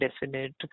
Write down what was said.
definite